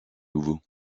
nouveaux